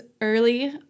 early